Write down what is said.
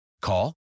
Call